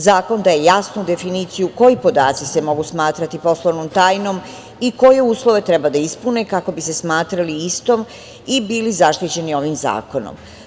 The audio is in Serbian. Zakon daje jasnu definiciju koji podaci se mogu smatrati poslovnom tajnom i koje uslove treba da ispune kako bi se smatrali istom i bili zaštićeni ovim zakonom.